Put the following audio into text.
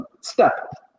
step